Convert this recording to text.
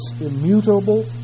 immutable